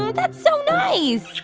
that's so nice